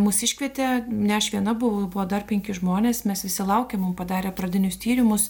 mus iškvietė ne aš viena buvo dar penki žmonės mes visi laukėm mum padarė pradinius tyrimus